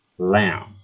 lamb